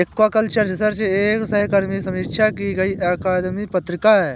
aquaculture research एक सहकर्मी की समीक्षा की गई अकादमिक पत्रिका है